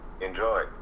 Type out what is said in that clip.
enjoy